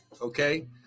Okay